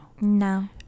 No